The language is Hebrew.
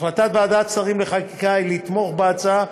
החלטת ועדת השרים לחקיקה היא לתמוך בהצעה,